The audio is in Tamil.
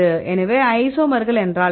எனவே ஐசோமர்கள் என்றால் என்ன